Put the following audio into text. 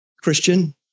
Christian